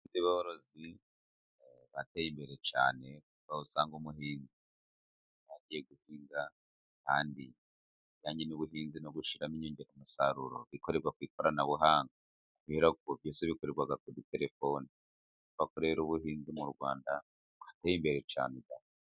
Abahinzi borozi bateye imbere cyane, aho usanga umuhinzi agiye guhinga, kandi ibijyanye n'ubuhinzi no gushyiramo inyongeramusaruro bikorerwa ku ikoranabuhanga, kubera ko byose bikorerwa kuri telefoni, urumva ko rero ubuhinzi mu Rwanda bwateye imbere cyane da!